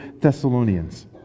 Thessalonians